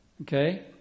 Okay